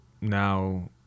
now